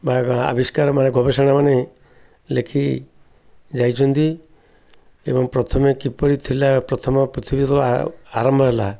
ବା ଆବିଷ୍କାର ମାନେ ଗବେଷଣା ମାନେ ଲେଖି ଯାଇଛନ୍ତି ଏବଂ ପ୍ରଥମେ କିପରି ଥିଲା ପ୍ରଥମ ପୃଥିବୀ ତ ଆରମ୍ଭ ହେଲା